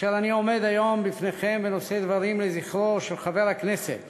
כאשר אני עומד היום בפניכם ונושא דברים לזכרו של חבר הכנסת